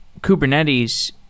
Kubernetes